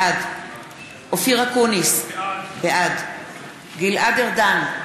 בעד אופיר אקוניס, בעד גלעד ארדן,